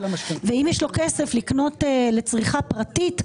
אם יש לציבור כסף לקנות לצריכה פרטית,